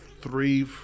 three